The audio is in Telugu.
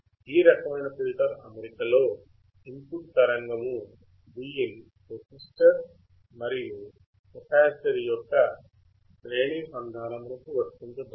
ఈ రకమైన ఫిల్టర్ అమరికలో ఇన్ పుట్ తరంగము Vin రెసిస్టర్ మరియు కెపాసిటర్ యొక్క శ్రేణీ సంధానమునకు వర్తించబడుతుంది